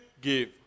Give